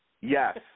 yes